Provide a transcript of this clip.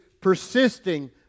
persisting